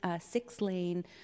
six-lane